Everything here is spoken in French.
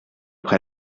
près